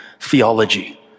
theology